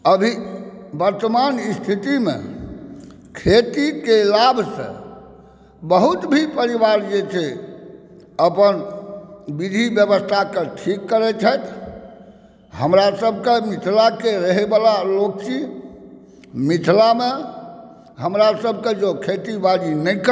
अभी वर्तमान स्थितिमे खेतीके लाभसँ बहुत भी परिवार जे छै अपन विधि बेबस्थाके ठीक करै छथि हमरा सबके मिथिलाके रहैवला लोक छी मिथिलामे हमरा सबके जँ खेती बाड़ी नहि करब